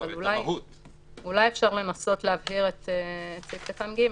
אבל אולי אפשר לנסות להבהיר את סעיף קטן (ג)